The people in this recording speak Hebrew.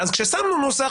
ואז כששמנו נוסח,